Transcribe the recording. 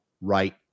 right